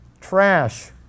trash